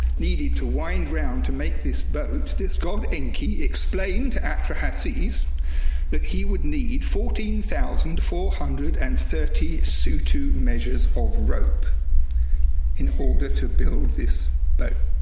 needed to wind round to make this boat, this god, enki, explained atra hassis that he would need fourteen thousand four hundred and thirty su tu measures of rope in order to build this but